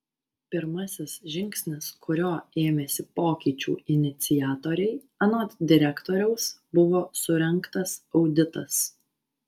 pirmasis žingsnis kurio ėmėsi pokyčių iniciatoriai anot direktoriaus buvo surengtas auditas